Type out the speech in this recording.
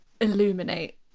illuminate